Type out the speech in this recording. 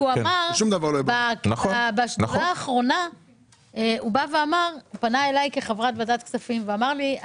בישיבה האחרונה של השדולה הוא פנה אלי כחברת ועדת הכספים ואמר שהוא